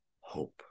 hope